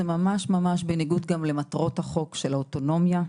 זה גם ממש ממש בניגוד למטרות החוק של האוטונומיה,